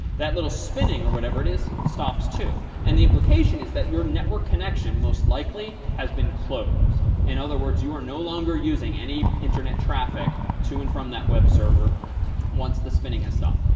that little spinning or whatever it is stops too. and the implication is that your network connection most likely has been closed, in other words, you are no longer using any internet traffic to and from that web server once the spinning has stopped.